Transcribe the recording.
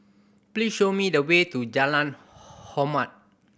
please show me the way to Jalan Hormat